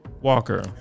Walker